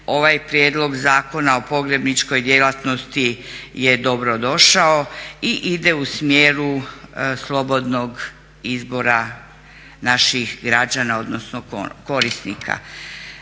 ovaj prijedlog Zakona o pogrebničkoj djelatnosti je dobrodošao i ide u smjeru slobodnog izbora naših građana odnosno korisnika.